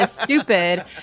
stupid